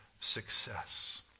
success